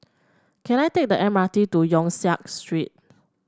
can I take the M R T to Yong Siak Street